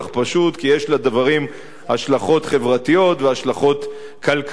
כי יש לדברים השלכות חברתיות והשלכות כלכליות,